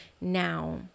now